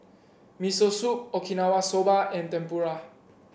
Miso Soup Okinawa Soba and Tempura